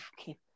okay